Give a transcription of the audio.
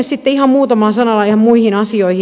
sitten ihan muutamalla sanalla ihan muihin asioihin